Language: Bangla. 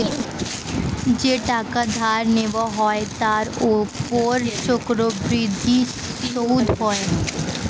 যেই টাকা ধার নেওয়া হয় তার উপর চক্রবৃদ্ধি সুদ হয়